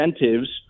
incentives